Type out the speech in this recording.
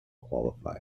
qualify